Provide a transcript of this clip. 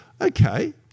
Okay